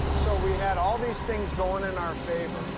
so we had all these things going in our favor.